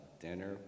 dinner